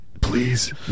Please